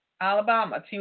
Alabama